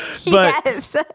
Yes